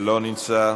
אינו נוכח,